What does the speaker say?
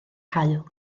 haul